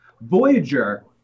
Voyager